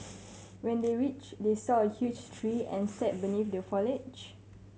when they reached they saw a huge tree and sat beneath the foliage